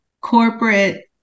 corporate